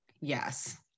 Yes